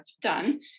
done